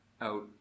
out